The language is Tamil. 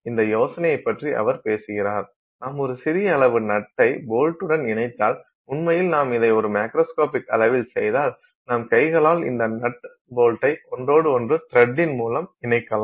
இந்த யோசனையைப் பற்றி அவர் பேசுகிறார் நாம் ஒரு சிறிய அளவு நட்டை போல்ட்டுடன் இணைத்தால் உண்மையில் நாம் இதை ஒரு மேக்ரோஸ்கோபிக் அளவில் செய்தால் நம் கைகளால் அந்த நட் போல்ட்டை ஒன்றோடு ஒன்று த்ரெட்டின் மூலம் இணைக்கலாம்